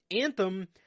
Anthem